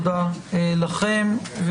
תודה לכם,